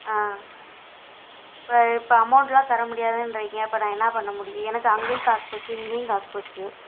ஆம் இப்போ இப்போ அமௌண்ட்டெலாம் தர முடியாதுன்றீங்கள் அப்போ நான் என்ன பண்ண முடியும் எனக்கு அங்கேயும் காசு போச்சு இங்கேயும் காசு போச்சு